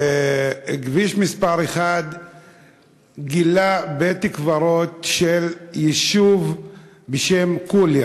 ובכביש מס' 1 התגלה בית-קברות של יישוב בשם קאלוניה,